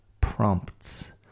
prompts